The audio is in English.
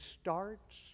starts